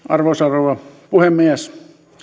arvoisa rouva puhemies